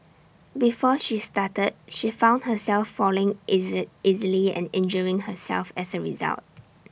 before she started she found herself falling easy easily and injuring herself as A result